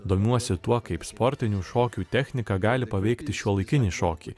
domiuosi tuo kaip sportinių šokių technika gali paveikti šiuolaikinį šokį